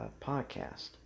podcast